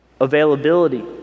Availability